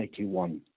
1981